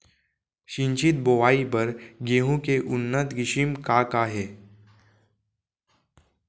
सिंचित बोआई बर गेहूँ के उन्नत किसिम का का हे??